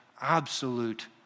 absolute